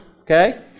Okay